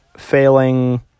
failing